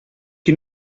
qui